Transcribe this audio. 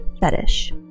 fetish